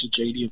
JD